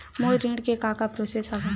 मोर ऋण के का का प्रोसेस हवय?